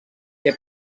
que